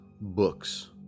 books